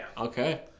Okay